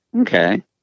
Okay